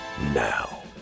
Now